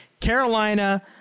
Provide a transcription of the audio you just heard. Carolina